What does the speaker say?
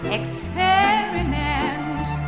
experiment